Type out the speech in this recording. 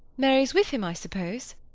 mary's with him, i suppose?